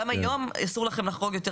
גם היום אסור לכם לחרוג יותר